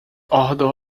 odor